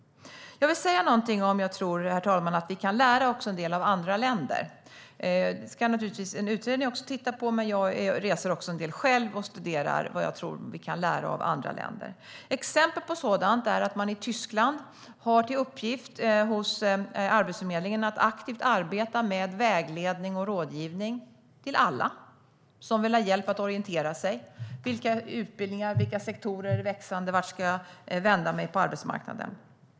Jag vill säga någonting om att jag tror att vi kan lära en del av andra länder. Detta ska naturligtvis en utredning titta på, men jag reser också en del själv och studerar vad jag tror att vi kan lära av andra länder. Exempel på sådant är att man i arbetsförmedlingen i Tyskland har till uppgift att aktivt arbeta med vägledning och rådgivning för alla som vill ha hjälp att orientera sig: Vilka utbildningar och vilka sektorer är växande? Vart ska jag vända mig på arbetsmarknaden?